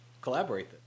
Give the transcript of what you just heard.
collaborate